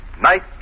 Night